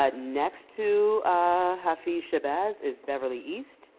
ah next to hafiz shabazz is beverly east.